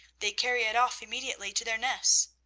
they carry it off immediately to their nests.